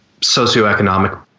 socioeconomic